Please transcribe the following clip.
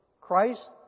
Christ